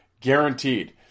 guaranteed